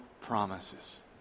promises